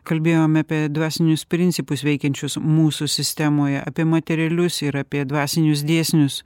kalbėjome apie dvasinius principus veikiančius mūsų sistemoje apie materialius ir apie dvasinius dėsnius